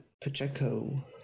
Pacheco